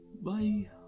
Bye